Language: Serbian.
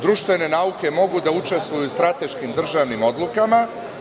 Društvene nauke mogu da učestvuju u strateškim državnim odlukama.